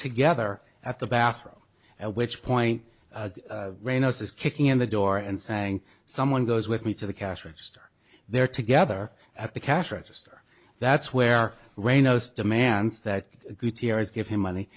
together at the bathroom at which point rhino says kicking in the door and saying someone goes with me to the cash register there together at the cash register that's where ray knows demands that give him money